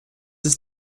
ist